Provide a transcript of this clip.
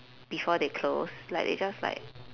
before they close like they just like